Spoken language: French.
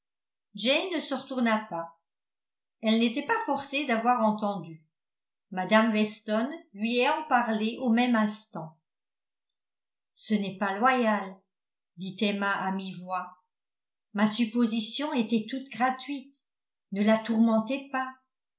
ne se retourna pas elle n'était pas forcée d'avoir entendu mme weston lui ayant parlé au même instant ce n'est pas loyal dit emma à mi-voix ma supposition était toute gratuite ne la tourmentez pas